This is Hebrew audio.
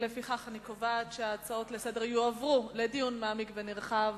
לפיכך אני קובעת שההצעות לסדר-היום יועברו לדיון מעמיק ונרחב